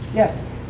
yes.